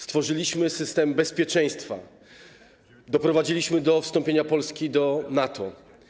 Stworzyliśmy system bezpieczeństwa, doprowadziliśmy do wstąpienia Polski do NATO.